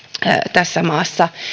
tässä maassa